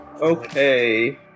Okay